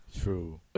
True